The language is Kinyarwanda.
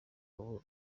ubu